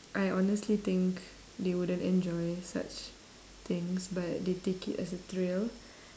I honestly think they wouldn't enjoy such things but they take it as a thrill